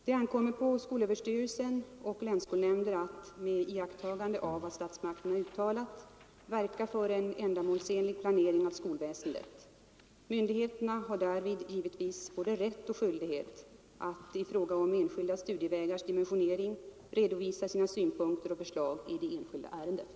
Det ankommer på skolöverstyrelsen och länsskolnämnder att, med iakttagande av vad statsmakterna uttalat, verka för en ändamålsenlig planering av skolväsendet. Myndigheterna har därvid givetvis både rätt och skyldighet att i fråga om enskilda studievägars dimensionering redovisa sina synpunkter och förslag i det enskilda ärendet.